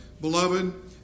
Beloved